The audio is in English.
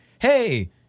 hey